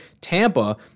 Tampa